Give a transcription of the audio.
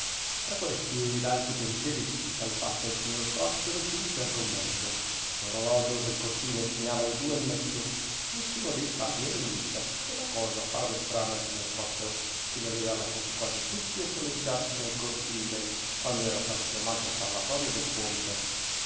tra questi ed altri pensieri di tal fatta il signor prospero giunse al convento l'orologio del cortile segnava le due e mezzo nessuno dei frati era in vista e la cosa parve strana al signor prospero che li aveva lasciati quasi tutti a soleggiarsi nel cortile quando era stato chiamato al parlatorio del ponte